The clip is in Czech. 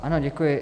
Ano, děkuji.